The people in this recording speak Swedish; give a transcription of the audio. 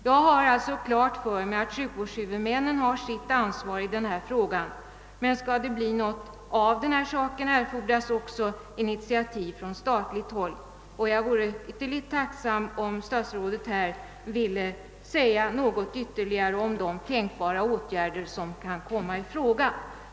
Jag har alltså klart för mig att sjukvårdshuvudmännen har sitt ansvar, men skall det bli någonting gjort i frågan erfordras också initiativ från statligt håll. Jag skulle vara ytterst tacksam om statsrådet ville säga något ytterligare om vilka åtgärder som kan bli aktuella.